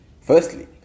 Firstly